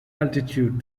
altitude